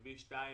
כביש 2,